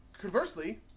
Conversely